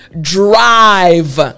drive